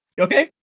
Okay